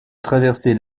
traverser